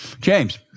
James